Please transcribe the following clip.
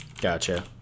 Gotcha